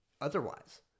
otherwise